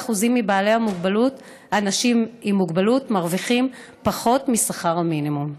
ו-41% מהאנשים עם מוגבלות מרוויחים פחות משכר המינימום.